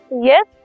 Yes